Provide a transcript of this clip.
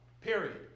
period